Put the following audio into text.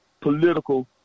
political